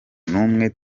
n’umwe